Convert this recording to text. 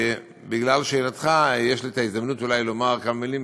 בגלל שאלתך יש לי הזדמנות אולי לומר כמה מילים,